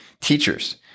Teachers